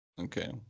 Okay